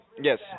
Yes